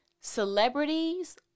celebrities